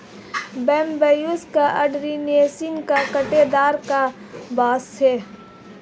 Bambusa arundinacea काँटेदार बाँस है